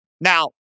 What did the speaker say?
Now